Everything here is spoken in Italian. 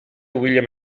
william